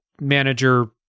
manager